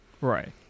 Right